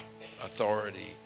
authority